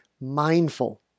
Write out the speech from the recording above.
mindful